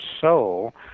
soul